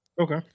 Okay